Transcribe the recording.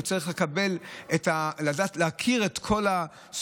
הוא צריך להכיר את כל הסוגים.